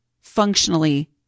functionally